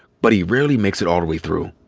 but he rarely makes it all the way through.